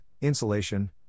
insulation